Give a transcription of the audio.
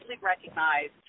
recognized